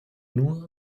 nur